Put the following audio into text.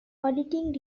auditing